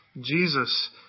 Jesus